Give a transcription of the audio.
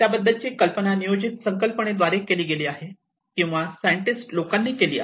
त्याबद्दलची कल्पना नियोजित संकल्पनेद्वारे केली गेली आहे किंवा सायंटिस्ट लोकांनी केली आहे